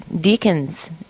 deacons